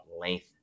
length